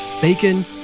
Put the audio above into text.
bacon